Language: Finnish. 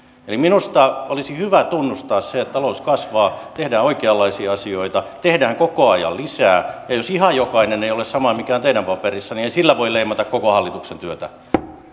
eli minusta olisi hyvä tunnustaa se että talous kasvaa tehdään oikeanlaisia asioita tehdään koko ajan lisää ja jos ihan jokainen ei ole sama mikä on teidän paperissanne niin ei sillä voi leimata koko hallituksen työtä